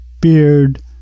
beard